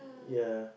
ya